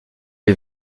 les